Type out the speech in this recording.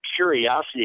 curiosity